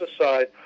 aside